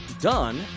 done